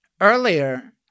earlier